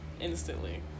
instantly